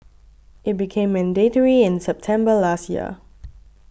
it became mandatory in September last year